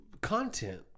content